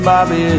Bobby